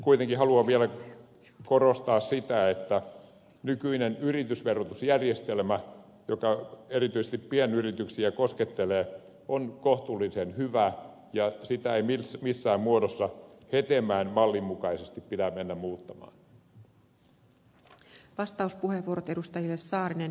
kuitenkin haluan vielä korostaa sitä että nykyinen yritysverotusjärjestelmä joka erityisesti pienyrityksiä koskettelee on kohtuullisen hyvä ja sitä ei missään muodossa hetemäen mallin mukaisesti pidä mennä muuttamaan